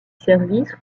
service